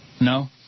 No